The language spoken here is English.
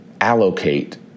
allocate